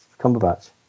Cumberbatch